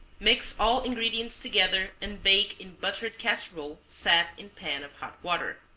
mix all ingredients together and bake in buttered casserole set in pan of hot water.